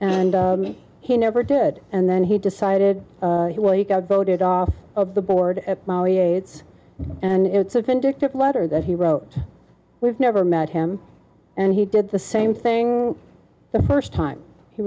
and he never did and then he decided he well he got voted off of the board now we aids and it's a vindictive letter that he wrote we've never met him and he did the same thing the first time he